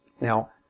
Now